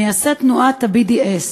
מייסד תנועת ה-BDS,